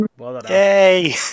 yay